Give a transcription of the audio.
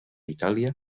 itàlia